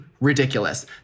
ridiculous